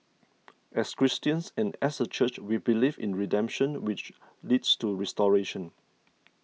as Christians and as a church we believe in redemption which leads to restoration